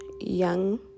young